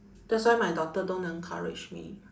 that's why my doctor don't encourage me